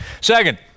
Second